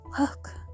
look